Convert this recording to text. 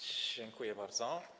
Dziękuję bardzo.